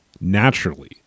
naturally